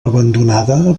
abandonada